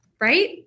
right